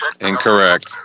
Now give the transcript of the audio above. Incorrect